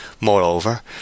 Moreover